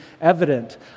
evident